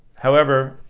however,